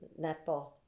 netball